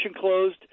closed